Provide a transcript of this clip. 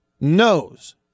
knows –